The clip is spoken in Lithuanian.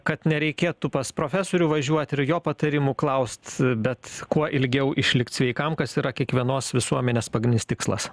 kad nereikėtų pas profesorių važiuot ir jo patarimų klaust bet kuo ilgiau išlikt sveikam kas yra kiekvienos visuomenės pagnis tikslas